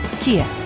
Kia